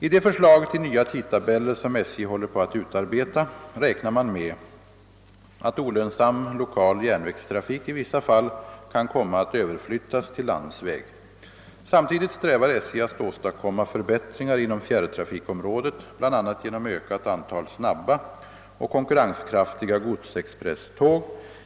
I de förslag till nya tidtabeller som SJ håller på att utarbeta räknar man med att olönsam lokal järnvägstrafik i vissa fall kan komma att överflyttas till landsväg. Samtidigt strävar SJ att åstadkomma förbättringar inom fjärrtrafiksområdet bl.a. genom ökat antal snabba och konkurrenskraftiga godsexpresståg.